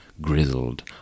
grizzled